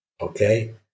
Okay